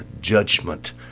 judgment